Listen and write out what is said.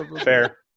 Fair